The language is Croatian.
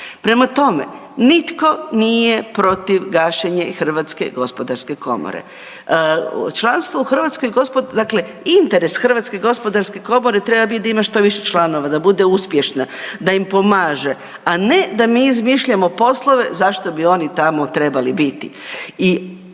Prema tome, nitko nije protiv gašenja HGK. Članstvo u, dakle interes HGK treba biti da ima što više članova, da bude uspješna, da im pomaže, a ne da mi izmišljamo poslove zašto bi oni tamo trebali biti.